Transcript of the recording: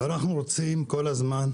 אנחנו רוצים כל הזמן,